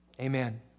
Amen